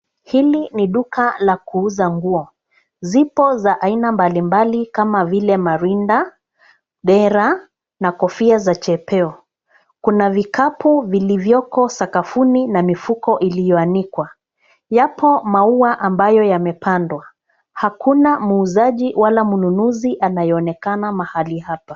Hili ni duka la kuuza nguo. Zipo za aina mbalimbali kama vile marinda, dera na kofia za chepeo. Kuna vikapu vilivyoko sakafuni na mifuko iliyoanikwa. Yapo maua ambayo yamepandwa. Hakuna muuzaji wala mnunuzi anayeonekana mahali hapa.